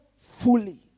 fully